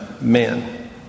men